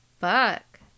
fuck